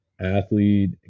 athlete